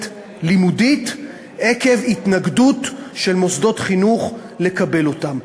לימודים עקב התנגדות של מוסדות חינוך לקבל אותם,